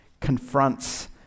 confronts